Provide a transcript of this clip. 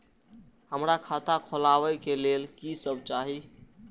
हमरा खाता खोलावे के लेल की सब चाही?